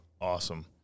Awesome